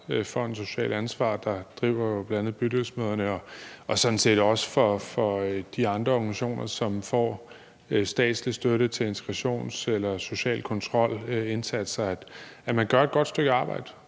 for Socialt Ansvar, der bl.a. driver Bydelsmødrene, og sådan set også de andre organisationer, som får statslig støtte til integrationsindsatser eller social kontrol-indsatser, gør et godt stykke arbejde,